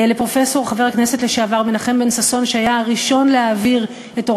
אנחנו עוברים לנושא הבא לסדר-היום: החלטת ועדת הכספים בדבר צו